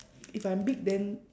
if I'm big then